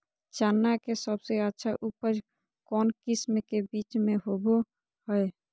चना के सबसे अच्छा उपज कौन किस्म के बीच में होबो हय?